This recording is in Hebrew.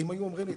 אם היו אומרים לי,